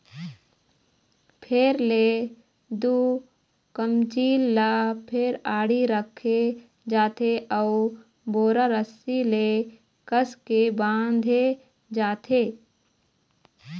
फेर ले दू कमचील ल फेर आड़ी रखे जाथे अउ बोरा रस्सी ले कसके बांधे जाथे